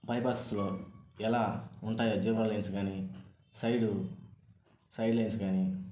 బైపాస్లో ఎలా ఉంటాయో zebra lines కానీ సైడు సైడ్ లైన్స్ కానీ